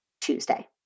Tuesday